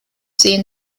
sehen